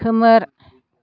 खोमोर